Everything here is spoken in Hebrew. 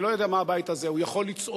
אני לא יודע מה הבית הזה, הוא יכול לצעוק,